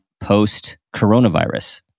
post-coronavirus